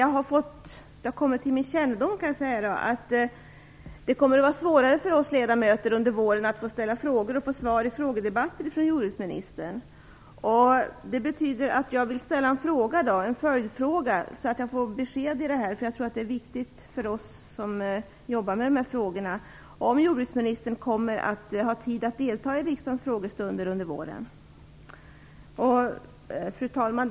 Det har kommit till min kännedom att det kommer att vara svårare för oss ledamöter att under våren få svar av jordbruksministern i frågedebatterna. Därför har jag en fråga: Kommer jordbruksministern att ha tid att delta i riksdagens frågestunder under våren? Jag vill ha besked om det här. Jag tror nämligen att det är viktigt för oss som jobbar med dessa fågor. Fru talman!